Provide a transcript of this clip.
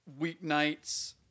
weeknights